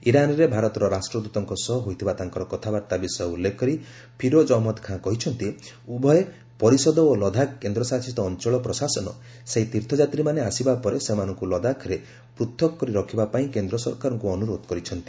ଇରାନ୍ରେ ଭାରତର ରାଷ୍ଟ୍ରଦୂତଙ୍କ ସହ ହୋଇଥିବା ତାଙ୍କର କଥାବାର୍ତ୍ତା ବିଷୟ ଉଲ୍ଲେଖକରି ଫିରୋକ୍ ଅହମ୍ମଦ ଖାଁ କହିଛନ୍ତି ଉଭୟ ପରିଷଦ ଓ ଲଦାଖ୍ କେନ୍ଦ୍ରଶାସିତ ଅଞ୍ଚଳ ପ୍ରଶାସନ ସେହି ତୀର୍ଥଯାତ୍ରୀମାନେ ଆସିବା ପରେ ସେମାନଙ୍କୁ ଲଦାଖ୍ରେ ପୂଥକ୍ କରି ରଖିବାପାଇଁ କେନ୍ଦ୍ର ସରକାରଙ୍କୁ ଅନୁରୋଧ କରିଛନ୍ତି